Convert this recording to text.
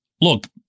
Look